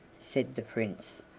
said the prince,